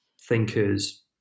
thinkers